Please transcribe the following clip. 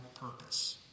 purpose